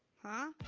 huh?